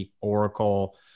Oracle